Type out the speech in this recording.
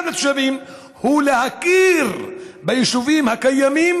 לתושבים הוא להכיר ביישובים הקיימים.